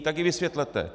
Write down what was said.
Tak je vysvětlete.